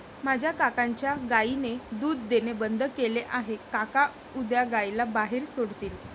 माझ्या काकांच्या गायीने दूध देणे बंद केले आहे, काका उद्या गायीला बाहेर सोडतील